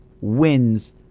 wins